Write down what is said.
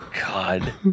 God